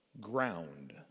ground